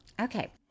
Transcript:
okay